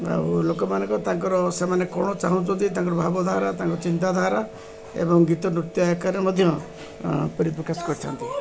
ଆଉ ଲୋକମାନଙ୍କ ତାଙ୍କର ସେମାନେ କ'ଣ ଚାହୁଁଛନ୍ତି ତାଙ୍କର ଭାବଧାରା ତାଙ୍କ ଚିନ୍ତାଧାରା ଏବଂ ଗୀତ ନୃତ୍ୟ ଆକାରରେ ମଧ୍ୟ ପରିପ୍ରକାଶ କରିଥାନ୍ତି